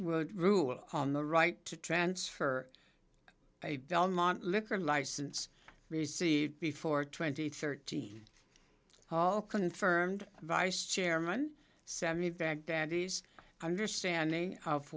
would rule on the right to transfer a belmont liquor license received before twenty thirteen hall confirmed vice chairman seventy baghdad is understanding of